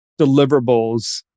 deliverables